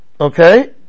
Okay